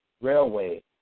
railway